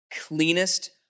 cleanest